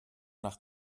nach